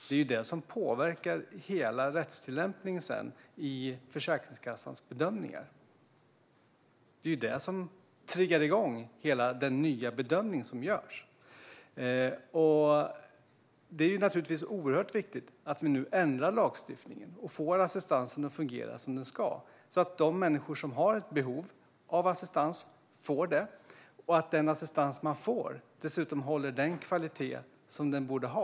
De påverkar ju hela rättstillämpningen i Försäkringskassans bedömningar. Det är det som triggar igång hela den nya bedömning som görs. Det är naturligtvis oerhört viktigt att vi nu ändrar lagstiftningen och får assistansen att fungera som den ska, så att de människor som har ett behov av assistans får den och så att den assistans de får dessutom håller den kvalitet som den borde ha.